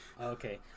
Okay